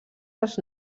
als